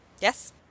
yes